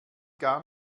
gar